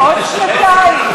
עוד שנתיים.